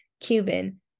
Cuban